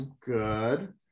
good